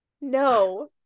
No